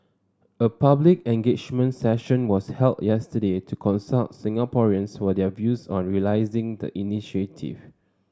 a public engagement session was held yesterday to consult Singaporeans for their views on realising the initiative